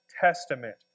Testament